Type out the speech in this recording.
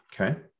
okay